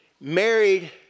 married